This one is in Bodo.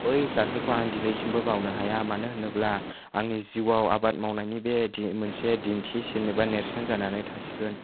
बै जाथाइखौ आं दिनैसिमबो बावनो हाया मानो होनोब्ला आंनि जिउआव आबाद मावनायनि बे दि मोनसे दिन्थि सिन एबा नेरसोन जानानै थासिगोन